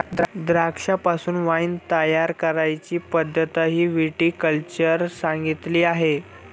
द्राक्षांपासून वाइन तयार करण्याची पद्धतही विटी कल्चर सांगितली आहे